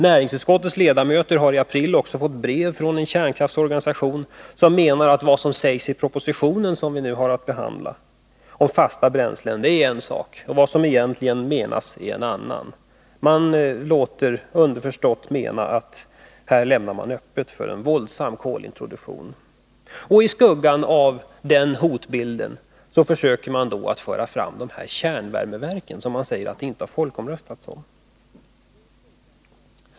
Näringsutskottets ledamöter har i april också fått brev från en kärnkraftsorganisation, som menar att vad som sägs i den proposition vi nu har att behandla om fasta bränslen är en sak och vad som egentligen menas är en annan. Man gör underförstått gällande att här lämnas vägen öppen för en våldsam kolintroduktion, och i skuggan av den hotbilden försöker man föra fram kärnvärmeverken, som man säger att det inte har folkomröstats om.